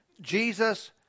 Jesus